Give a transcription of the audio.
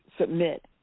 submit